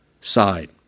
side